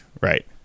right